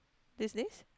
these days